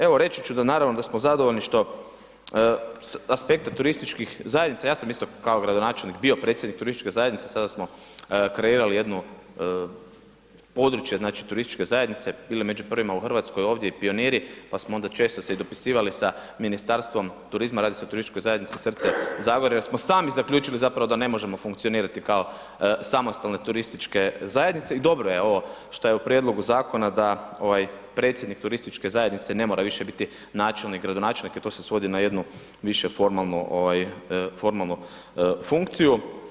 Evo reći ću da naravno da smo zadovoljno što sa aspekta turističkih zajednica, ja sam isto kao gradonačelnik bio predsjednik turističke zajednice, sada smo kreirali jedno područje, znači, turističke zajednice, bili među prvima u RH ovdje i pioniri, pa smo onda često se i dopisivali sa Ministarstvo turizma, radi se o Turističkoj zajednici Srce Zagorja jer smo sami zaključili zapravo da ne možemo funkcionirati kao samostalne turističke zajednice i dobro je ovo šta je u prijedlogu zakona da ovaj predsjednik turističke zajednice ne mora više biti načelnik, gradonačelnik i to se svodi na jednu više formalnu funkciju.